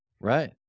Right